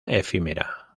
efímera